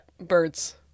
birds